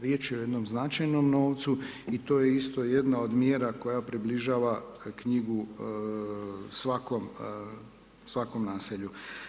Riječ je o jednom značajnom novcu i to je isto jedna od mjera koja približava knjigu svakom naselju.